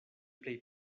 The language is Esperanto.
plej